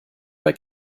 bei